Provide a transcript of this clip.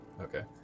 Okay